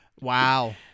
Wow